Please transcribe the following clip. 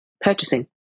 purchasing